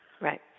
Right